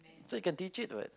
so you can teach it what